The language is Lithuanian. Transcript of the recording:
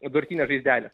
durtinės žaizdelės